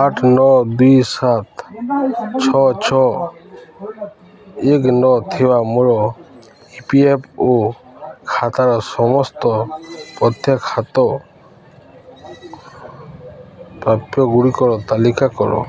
ଆଠ ନଅ ଦୁଇ ସାତ ଛଅ ଛଅ ଏକ ନଅ ଥିବା ମୋର ଇ ପି ଏଫ୍ ଓ ଖାତାର ସମସ୍ତ ପ୍ରତ୍ୟାଖ୍ୟାତ ପ୍ରାପ୍ୟ ଗୁଡ଼ିକର ତାଲିକା କର